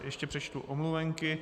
Ještě přečtu omluvenky.